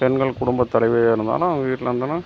பெண்கள் குடும்ப தலைவியாக இருந்தாலும் வீட்டில் இருந்தாலும்